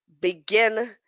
begin